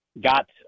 got